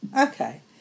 Okay